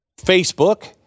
Facebook